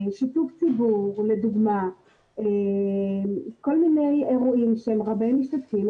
שיתוף ציבור וכל מיני אירועים שהם רבי משתתפים,